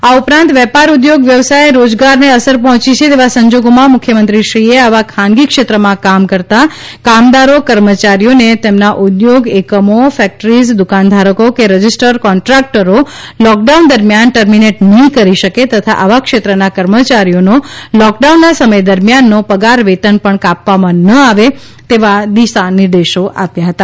આ ઉપરાંત વેપાર ઊદ્યોગ વ્યવસાય રોજગારને અસર પહોચી છે તેવા સંજોગોમાં મુખ્યમંત્રીશ્રીએ આવા ખાનગી ક્ષેત્રમાં કામ કરતાં કામદારો કર્મચારીઓને તેમના ઊદ્યોગ એકમો ફેકટરીઝ દુકાનધારકો કે રજીસ્ટર્ડ કોન્ટ્રાકટરો લોકડાઉન દરમિયાન ટર્મિનેટ નહિ કરી શકે તથા આવા ક્ષેત્રના કર્મચારીઓનો લોકડાઉનના સમય દરમિયાનનો પગાર વેતન પણ કાપવામાં ન આવે તેવા દિશાનિર્દેશો તેમણે આપ્યા છે